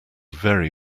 very